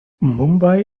mumbai